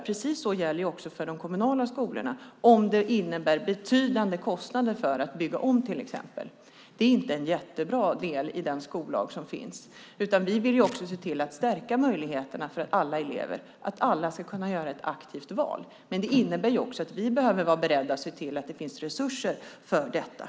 Det gäller också för de kommunala skolorna om det innebär betydande kostnader för att bygga om till exempel. Det är inte en jättebra del i den skollag som finns. Vi vill stärka möjligheterna för alla elever att göra ett aktivt val. Det innebär också att vi behöver se till att det finns resurser för detta.